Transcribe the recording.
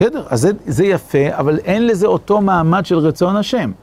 בסדר? אז זה יפה, אבל אין לזה אותו מעמד של רצון השם.